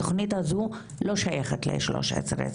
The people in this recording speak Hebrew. התוכנית הזו לא שייכת ל-1325.